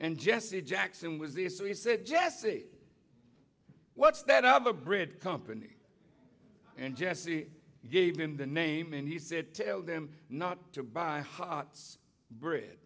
and jesse jackson was there so he said jesse what's that other brit company and jesse gave him the name and he said tell them not to buy